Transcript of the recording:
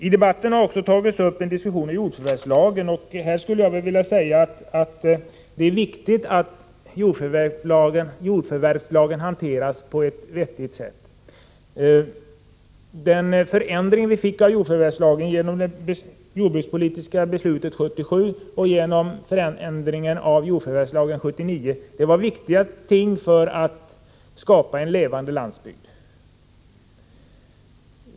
I debatten har också förts en diskussion om jordförvärvslagen. Jag skulle vilja säga att det är viktigt att jordförvärvslagen hanteras på ett vettigt sätt. De förändringar vi fick i lagen genom det jordbrukspolitiska beslutet 1977 och genom förändringen av jordförvärvslagen 1979 var viktiga ting för att skapa en levande landsbygd.